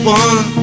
one